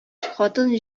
хатын